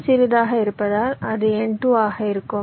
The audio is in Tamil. n2 சிறியதாக இருப்பதால் அது n2 ஆக இருக்கும்